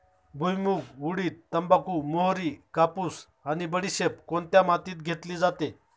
भुईमूग, उडीद, तंबाखू, मोहरी, कापूस आणि बडीशेप कोणत्या मातीत घेतली जाते?